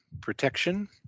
protection